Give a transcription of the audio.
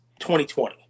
2020